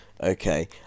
Okay